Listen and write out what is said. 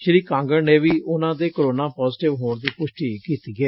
ਸ਼ੀ ਕਾਂਗਤ ਨੇ ਵੀ ਉਨਾਂ ਦੇ ਕੋਰੋਨਾ ਪਾਜੇਟਿਵ ਹੋਣ ਦੀ ਪੁਸ਼ਟੀ ਕੀਤੀ ਏ